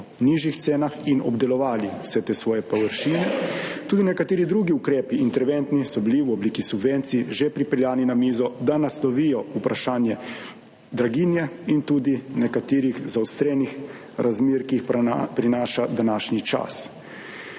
nižjih cenah in obdelovali vse te svoje površine. Tudi nekateri drugi ukrepi, interventni so bili v obliki subvencij že pripeljani na mizo, da naslovijo vprašanje draginje in tudi nekaterih zaostrenih razmer, ki jih prinaša današnji čas.